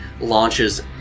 launches